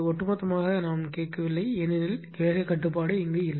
ஒட்டுமொத்தமாக கேட்கவில்லை ஏனெனில் வேக கட்டுப்பாடு இல்லை